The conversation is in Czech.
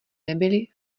nebyli